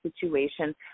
situation